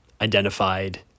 identified